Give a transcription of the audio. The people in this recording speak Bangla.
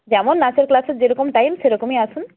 যেমন নাচের ক্লাসের যেরকম টাইম সেরকমই আসুন